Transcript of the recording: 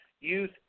youth